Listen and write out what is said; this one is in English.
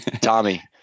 Tommy